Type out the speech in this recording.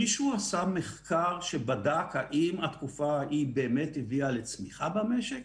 מישהו עשה מחקר שבדק האם התקופה ההיא באמת הגיעה לצמיחה במשק?